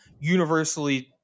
universally